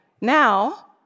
Now